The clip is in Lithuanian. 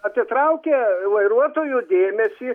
atitraukia vairuotojų dėmesį